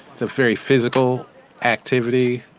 it's a very physical activity.